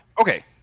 Okay